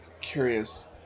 curious